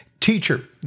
Teacher